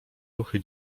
ruchy